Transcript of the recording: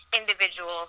individual